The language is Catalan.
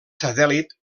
satèl·lit